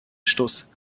stuss